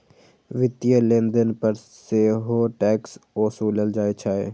वित्तीय लेनदेन पर सेहो टैक्स ओसूलल जाइ छै